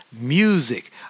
music